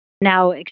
now